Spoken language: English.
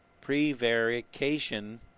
prevarication